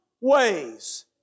Ways